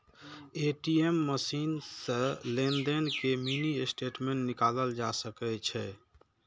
ATM machine सं लेनदेन के मिनी स्टेटमेंट निकालल जा सकै छै